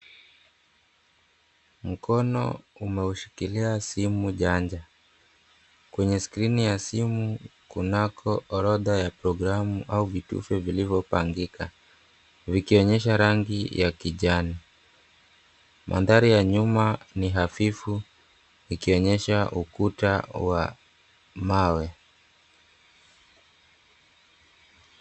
Mkono umeushikilia simu janja. Kwenye skrini ya simu kunako orodha ya programu au vitufe vilivyopangika, vikionyesha rangi ya kijani. Mandhari ya nyuma ni hafifu ikionyesha ukuta wa mawe.